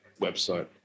website